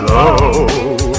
love